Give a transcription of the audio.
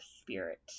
spirit